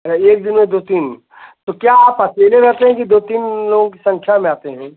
अच्छा एक दिन में दो तीन तो क्या आप अकेले रहते हैं कि दो तीन लोगों की संख्या में आते हैं